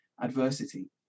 adversity